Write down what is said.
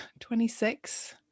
26